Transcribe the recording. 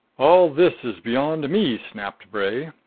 all this is beyond me, snapped bray.